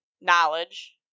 knowledge